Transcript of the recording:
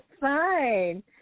Fine